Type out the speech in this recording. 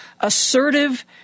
Assertive